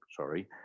sorry